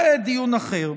זה דיון אחר.